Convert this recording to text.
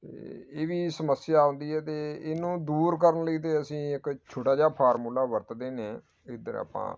ਅਤੇ ਇਹ ਵੀ ਸਮੱਸਿਆ ਆਉਂਦੀ ਹੈ ਅਤੇ ਇਹਨੂੰ ਦੂਰ ਕਰਨ ਲਈ ਅਤੇ ਅਸੀਂ ਇੱਕ ਛੋਟਾ ਜਿਹਾ ਫਾਰਮੂਲਾ ਵਰਤਦੇ ਨੇ ਇੱਧਰ ਆਪਾਂ